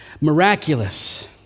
Miraculous